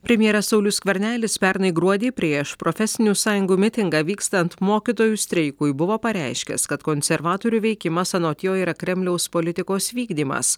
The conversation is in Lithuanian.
premjeras saulius skvernelis pernai gruodį prieš profesinių sąjungų mitingą vykstant mokytojų streikui buvo pareiškęs kad konservatorių veikimas anot jo yra kremliaus politikos vykdymas